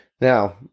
Now